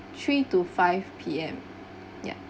three to five P_M ya